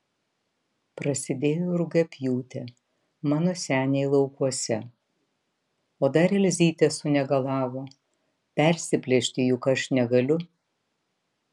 prasidėjo rugiapjūtė mano seniai laukuose o dar elzytė sunegalavo persiplėšti juk aš negaliu